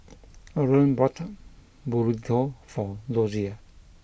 Loren bought Burrito for Dozier